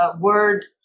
word